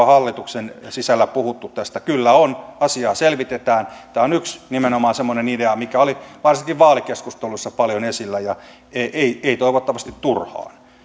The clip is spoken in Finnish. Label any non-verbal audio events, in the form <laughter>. <unintelligible> hallituksen sisällä puhuttu tästä viron yritysveromallista kyllä on asiaa selvitetään tämä on yksi nimenomaan semmoinen idea mikä oli varsinkin vaalikeskusteluissa paljon esillä ja ei ei toivottavasti turhaan